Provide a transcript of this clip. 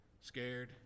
scared